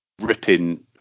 ripping